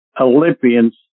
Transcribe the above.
Olympians